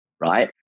right